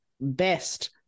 best